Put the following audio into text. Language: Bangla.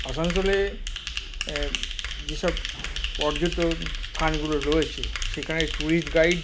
আসানসোলে যেসব পর্যটন স্থানগুলো রয়েছে সেখানে ট্যুরিস্ট গাইড